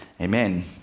amen